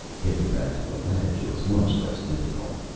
getting back to the ledge was much less difficult.